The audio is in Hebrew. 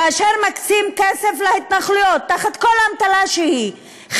כאשר מקצים כסף להתנחלויות בכל אמתלה שהיא,